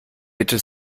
bitte